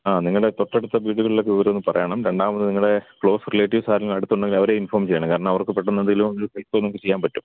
ആ നിങ്ങളുടെ തൊട്ടടുത്ത വീടുകളിലൊക്കെ വിവരമൊന്ന് പറയണം രണ്ടാമത് നിങ്ങളുടെ ക്ലോസ് റിലേറ്റീവ്സ്സ് ആരെങ്കിലും അടുത്തുണ്ടെങ്കിൽ അവരെ ഇൻഫോം ചെയ്യണം കാരണം അവർക്ക് പെട്ടെന്ന് എന്തെങ്കിലും ഒരു ഹെൽപ്പ് നമുക്ക് ചെയ്യാൻ പറ്റും